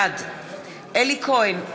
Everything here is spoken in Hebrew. בעד אלי כהן,